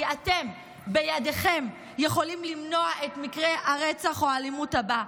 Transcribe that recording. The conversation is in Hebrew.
כי אתם בידיכם יכולים למנוע את מקרה הרצח או האלימות הבא.